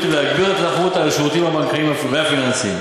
ולהגביר את התחרות על השירותים הבנקאיים והפיננסיים.